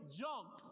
junk